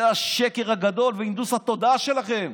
זה השקר הגדול והנדוס התודעה שלכם.